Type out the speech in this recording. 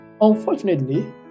Unfortunately